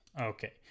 okay